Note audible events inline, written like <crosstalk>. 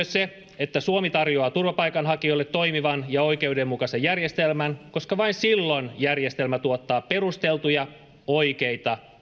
<unintelligible> se että suomi tarjoaa turvapaikanhakijoille toimivan ja oikeudenmukaisen järjestelmän koska vain silloin järjestelmä tuottaa perusteltuja oikeita